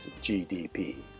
GDP